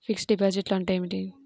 Fixed డిపాజిట్లు అంటే ఏమిటి?